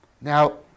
Now